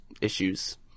issues